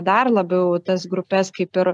dar labiau tas grupes kaip ir